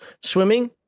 Swimming